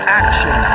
action